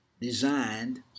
designed